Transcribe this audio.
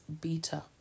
beta